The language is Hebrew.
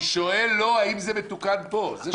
האם זה מתוקן פה?